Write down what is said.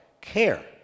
care